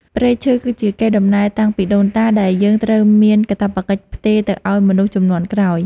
ព្រៃឈើ គឺជាកេរដំណែលតាំងពីដូនតាដែលយើងត្រូវមានកាតព្វកិច្ចផ្ទេរទៅឱ្យមនុស្សជំនាន់ក្រោយ។